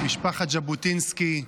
משפחת ז'בוטינסקי,